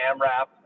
AMRAP